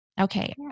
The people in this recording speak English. Okay